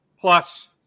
plus